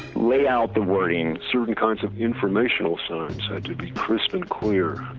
layout the wordings certain kinds of informational signs had be crisp and clear